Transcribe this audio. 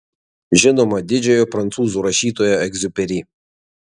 žinoma didžiojo prancūzų rašytojo egziuperi